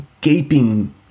gaping